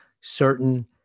certain